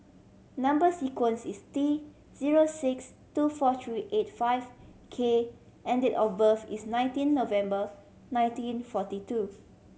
number sequence is T zero six two four three eight five K and date of birth is nineteen November nineteen forty two